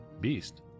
Beast